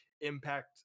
impact